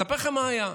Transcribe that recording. אני אספר לכם מה היה.